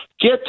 Get